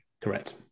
Correct